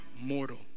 mortal